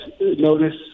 notice